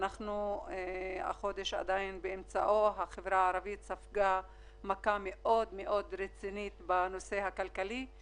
החברה הערבית ספגה מכה מאוד מאוד רצינית בנושא הכלכלי.